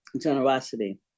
generosity